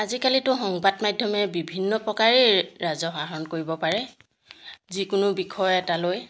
আজিকালিতো সংবাদ মাধ্যমে বিভিন্ন প্ৰকাৰেই ৰাজহ আহৰণ কৰিব পাৰে যিকোনো বিষয় এটা লৈ